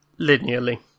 Linearly